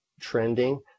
trending